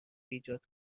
ایجاد